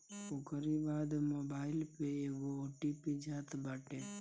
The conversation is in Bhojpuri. ओकरी बाद मोबाईल पे एगो ओ.टी.पी जात बाटे